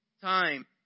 time